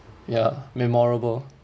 ya memorable